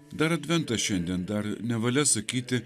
dar adventas šiandien dar nevalia sakyti